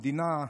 המדינה,